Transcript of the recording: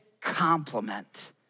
complement